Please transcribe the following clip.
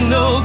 no